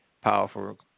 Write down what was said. powerful